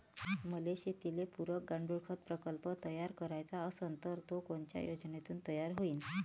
मले शेतीले पुरक गांडूळखत प्रकल्प तयार करायचा असन तर तो कोनच्या योजनेतून तयार होईन?